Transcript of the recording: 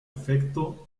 efecto